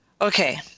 Okay